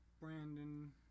Brandon